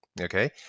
Okay